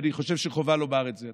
ואני חושב שחובה לומר את זה,